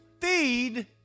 feed